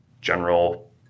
general